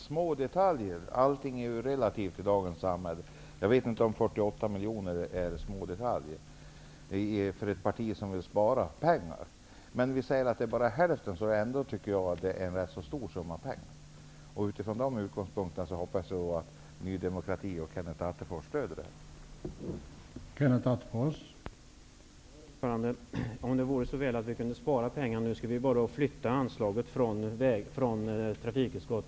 Herr talman! Allting är relativt i dagens samhälle. men jag vet inte om 48 miljoner är smådetaljer, för ett parti som vill spara pengar -- bara hälften är en rätt stor summa pengar. Från den utgångspunkten hoppas jag att Ny demokrati och Kenneth Attefors stöder meningsyttringen.